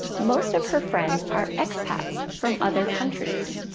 most of her friends are expats from other countries.